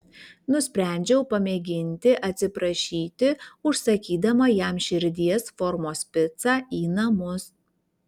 nusprendžiau pamėginti atsiprašyti užsakydama jam širdies formos picą į namus